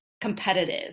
competitive